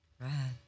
Right